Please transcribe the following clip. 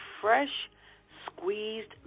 fresh-squeezed